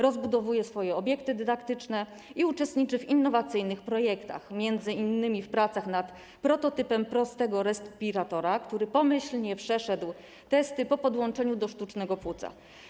Rozbudowuje swoje obiekty dydaktyczne i uczestniczy w innowacyjnych projektach, m.in. w pracach nad prototypem prostego respiratora, który pomyślnie przeszedł testy po podłączeniu do sztucznego płuca.